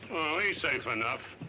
he's safe enough.